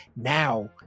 Now